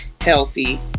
healthy